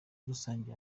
rusange